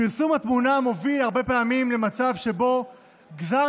פרסום התמונה מוביל הרבה פעמים למצב שבו גזר